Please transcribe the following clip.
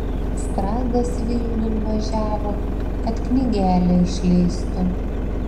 strazdas vilniun važiavo kad knygelę išleistų